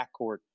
backcourt